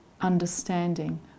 understanding